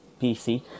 PC